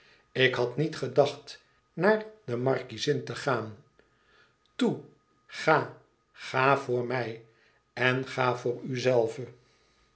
ik had niet gedacht naar de markiezin te gaan toe ga ga voor mij en ga voor uzelve